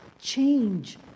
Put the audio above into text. Change